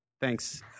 Thanks